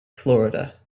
florida